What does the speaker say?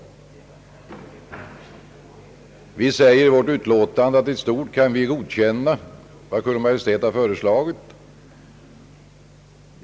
Utskottet säger i sitt betänkande att det i stort kan godkänna vad Kungl. Maj:t har föreslagit.